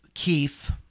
Keith